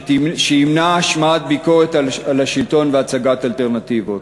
שימנע השמעת ביקורת על השלטון והצגת אלטרנטיבות.